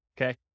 okay